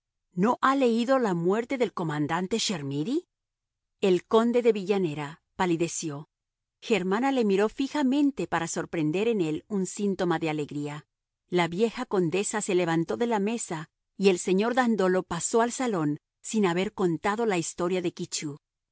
no ha leído la muerte del comandante chermidy el conde de villanera palideció germana le miró fijamente para sorprender en él un síntoma de alegría la vieja condesa se levantó de la mesa y el señor dandolo pasó al salón sin haber contado la historia de